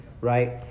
Right